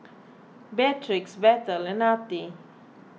Beatrix Bethel and Artie